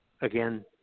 again